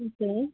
okay